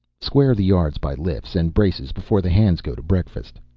square the yards by lifts and braces before the hands go to breakfast.